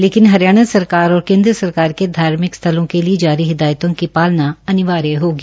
लेकिन हरियाणा सरकार और केन्द्र सरकार के धार्मिक स्थलों जारी हिदायतों की पालना अनिवार्य होगी